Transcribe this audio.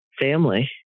family